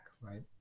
right